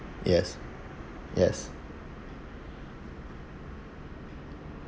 yes yes